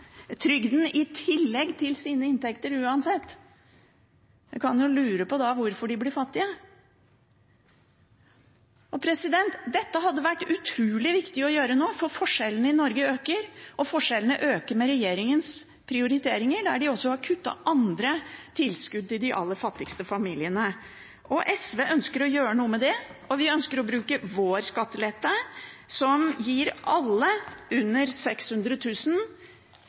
tillegg til sine inntekter uansett. En kan da lure på hvorfor de blir fattige. Dette hadde det vært utrolig viktig å gjøre nå, for forskjellene i Norge øker, og forskjellene øker med regjeringens prioriteringer, der de også har kuttet andre tilskudd til de aller fattigste familiene. SV ønsker å gjøre noe med det, og vi ønsker å bruke vår skattelette, som gir alle med en inntekt under